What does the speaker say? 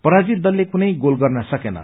पराजित दलले कुनै गोल गर्न सकेन